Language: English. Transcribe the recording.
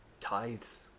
Tithes